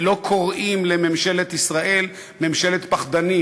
ולא קוראים לממשלת ישראל "ממשלת פחדנים"